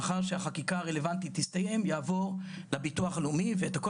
לאחר שהחקיקה הרלוונטית תסתיים יעבור לביטוח הלאומי ואת הכל